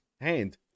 hand